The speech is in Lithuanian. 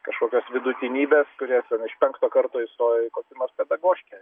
kažkokios vidutinybės kurie ten iš penkto karto įstojo į kokį nors pedagoškę